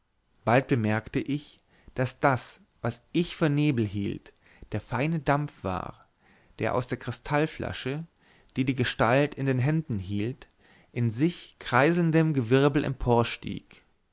bald bemerkte ich daß das was ich für nebel hielt der feine dampf war der aus der kristallflasche die die gestalt in den händen hielt in sich kreiselndem gewirbel emporstieg